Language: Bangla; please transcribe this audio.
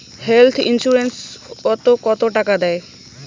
হেল্থ ইন্সুরেন্স ওত কত টাকা দেয়?